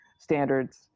standards